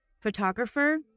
photographer